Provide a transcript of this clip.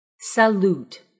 salute